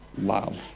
love